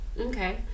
okay